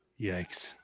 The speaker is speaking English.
Yikes